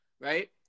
right